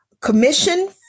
Commission